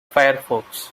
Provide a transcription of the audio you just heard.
firefox